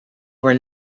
were